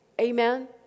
Amen